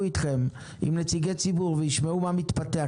אתכם עם נציגי ציבור וישמעו מה מתפתח,